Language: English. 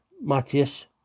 Matthias